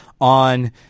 on